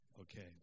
Okay